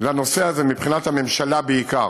לנושא הזה, מבחינת הממשלה בעיקר: